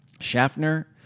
Schaffner